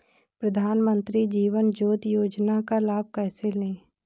प्रधानमंत्री जीवन ज्योति योजना का लाभ कैसे लें?